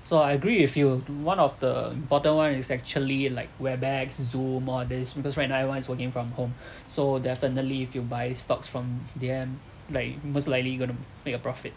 so I agree with you one of the bottom line is actually like web apps zoom all these because right now everyone is working from home so definitely if you buy stocks from them like most likely you gonna make a profit